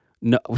No